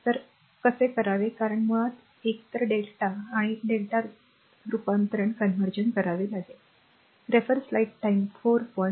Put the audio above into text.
तर कसे करावे कारण मुळात एकतर Δ आणि Δ रूपांतरण करावे लागेल